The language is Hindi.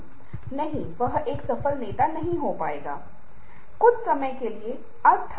अगले पांच मिनट की इस छोटी सी जगह में सभी नहीं कर सकते लेकिन कम से कम मैं आपको एक विचार दूंगा